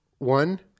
One